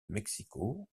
mexico